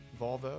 Volvo